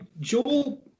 Joel